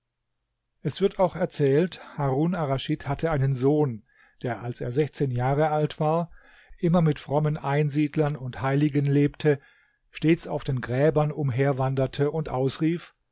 es wird auch erzählt harun arraschid hatte einen sohn der als er sechzehn jahre alt war immer mit frommen einsiedlern und heiligen lebte stets auf den gräbern umherwanderte und ausrief